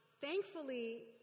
thankfully